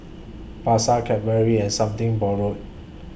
Pasar Cadbury and Something Borrowed